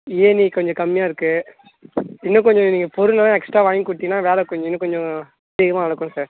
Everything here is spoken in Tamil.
ஏணி கொஞ்சம் கம்மியாக இருக்குது இன்னும் கொஞ்சம் நீங்கள் பொருளெல்லாம் எக்ஸ்ட்டா வாங்கி கொடுத்தீங்கன்னா வேலை கொஞ்சம் இன்னும் கொஞ்சம் சீக்கிரமாக நடக்கும் சார்